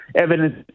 evidence